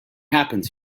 happens